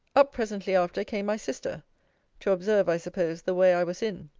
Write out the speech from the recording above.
up presently after came my sister to observe, i suppose, the way i was in.